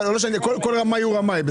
רמאי הוא רמאי.